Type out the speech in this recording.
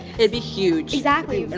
it'd be huge exactly, and